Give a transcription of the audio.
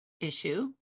issue